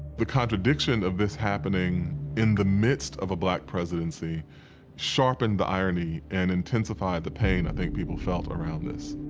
the contradiction of this happening in the midst of a black presidency sharpened the irony and intensified the pain i think people felt around this.